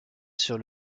sur